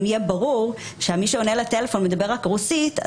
אם יהיה ברור שמי שעונה לטלפון מדבר רק רוסית,